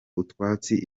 utwatsi